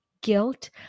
guilt